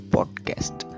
Podcast